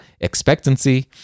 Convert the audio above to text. expectancy